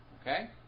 Okay